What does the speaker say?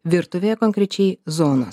virtuvėje konkrečiai zonos